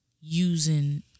using